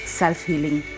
self-healing